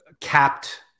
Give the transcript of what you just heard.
capped